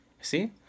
See